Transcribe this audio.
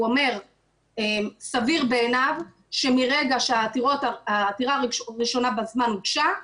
הוא אומר סביר בעיניו שמרגע שהעתירה הראשונה בזמן הוגשה,